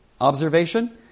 observation